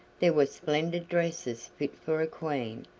there were splendid dresses fit for a queen,